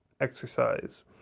exercise